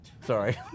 Sorry